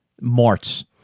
marts